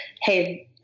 hey –